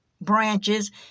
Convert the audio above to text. branches